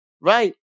right